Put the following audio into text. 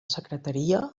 secretaria